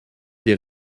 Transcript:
des